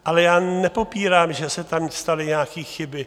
Ale já nepopírám, že se tam staly nějaké chyby.